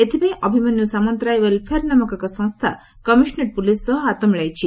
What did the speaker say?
ଏଥିପାଇଁ ଅଭିମନ୍ୟୁ ସାମନ୍ତରାୟ ୱେଲ୍ଫେୟାର ନାମକ ଏକ ସଂସ୍ଥା କମିଶନରେଟ୍ ପୁଲିସ ସହ ହାତ ମିଳାଇଛି